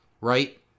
right